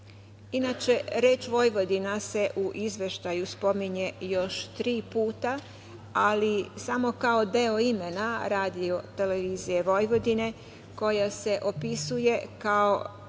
reč "Vojvodina" se u Izveštaju spominje još tri puta, ali samo kao deo imena Radio-televizije Vojvodine, koja se opisuje kao